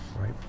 Right